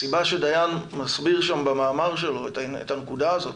דיין מסביר שם במאמר שלו את הנקודה הזאת,